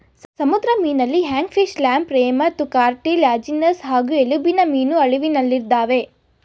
ಸಮುದ್ರ ಮೀನಲ್ಲಿ ಹ್ಯಾಗ್ಫಿಶ್ಲ್ಯಾಂಪ್ರೇಮತ್ತುಕಾರ್ಟಿಲ್ಯಾಜಿನಸ್ ಹಾಗೂ ಎಲುಬಿನಮೀನು ಅಳಿವಿನಲ್ಲಿದಾವೆ